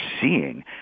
seeing